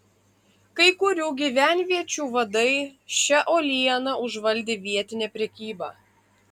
kai kurių gyvenviečių vadai šia uoliena užvaldė vietinę prekybą